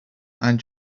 and